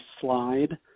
slide